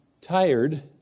tired